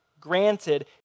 granted